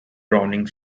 drowning